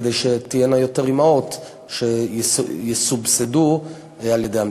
כדי שתהיינה יותר אימהות שיסובסדו על-ידי המדינה.